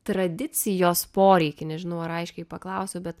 tradicijos poreikį nežinau ar aiškiai paklausiau bet